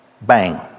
Bang